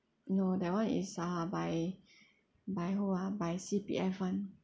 no that [one] is uh by by who ah by C_P_F [one]